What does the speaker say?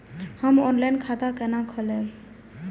हम ऑनलाइन खाता केना खोलैब?